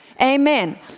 Amen